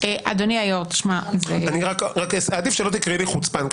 אדוני היושב-ראש --- עדיף שלא תקראי לי חוצפן.